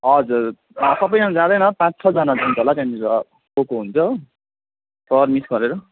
हजुर सबैजना जाँदैन पाँच छजना जान्छ होला त्यहाँदेखिको को को हुन्छ हो सर मिस गरेर